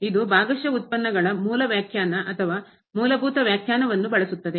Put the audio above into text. ಇದು ಭಾಗಶಃ ಉತ್ಪನ್ನಗಳ ಮೂಲ ವ್ಯಾಖ್ಯಾನ ಅಥವಾ ಮೂಲಭೂತ ವ್ಯಾಖ್ಯಾನವನ್ನು ಬಳಸುತ್ತದೆ